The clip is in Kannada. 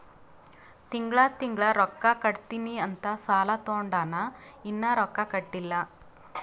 ತಿಂಗಳಾ ತಿಂಗಳಾ ರೊಕ್ಕಾ ಕಟ್ಟತ್ತಿನಿ ಅಂತ್ ಸಾಲಾ ತೊಂಡಾನ, ಇನ್ನಾ ರೊಕ್ಕಾ ಕಟ್ಟಿಲ್ಲಾ